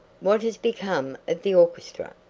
what has become the orchestra,